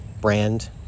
brand